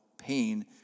pain